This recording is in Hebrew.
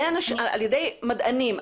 על ידי מדענים.